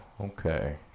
okay